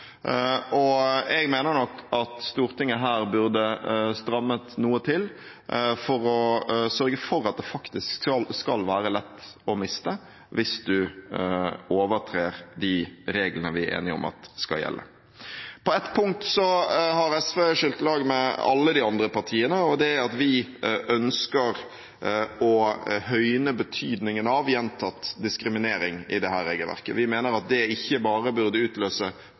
og jeg mener nok at Stortinget burde strammet noe til for å sørge for at det faktisk skal være lett å miste bevillingen hvis en overtrer de reglene vi er enige om at skal gjelde. På ett punkt har SV skilt lag fra alle de andre partiene, og det er at vi ønsker å høyne betydningen av gjentatt diskriminering i dette regelverket. Vi mener det burde utløse ikke bare